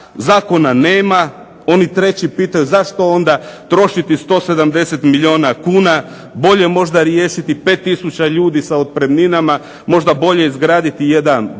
zakona nema. Oni treći pitaju zašto onda trošiti 170 milijuna kuna, bolje možda riješiti 5000 ljudi sa otpremninama, možda bolje izgraditi jedan brod,